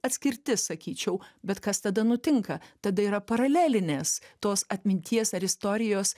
atskirtis sakyčiau bet kas tada nutinka tada yra paralelinės tos atminties ar istorijos